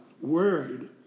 worried